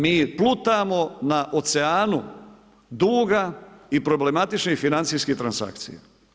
Mi plutamo na oceanu duga i problematičnih financijskih transakcija.